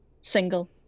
single